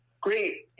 great